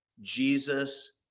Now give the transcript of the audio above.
Jesus